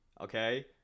okay